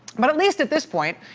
but at least at this point,